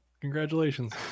Congratulations